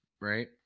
right